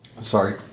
Sorry